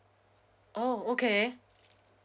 oh okay